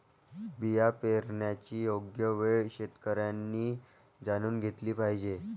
बिया पेरण्याची योग्य वेळ शेतकऱ्यांनी जाणून घेतली पाहिजे